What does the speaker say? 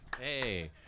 Hey